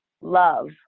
love